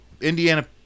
Indiana